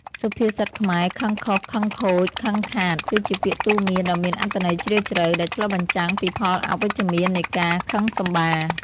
សុភាសិតខ្មែរ "ខឹងខុស ខឹងខូច ខឹងខាត" គឺជាពាក្យទូន្មានដ៏មានអត្ថន័យជ្រាលជ្រៅ ដែលឆ្លុះបញ្ចាំងពីផលអវិជ្ជមាននៃការខឹងសម្បារ។